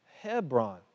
Hebron